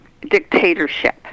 dictatorship